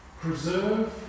preserve